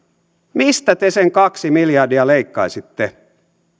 mistä te sen kaksi miljardia leikkaisitte